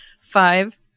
five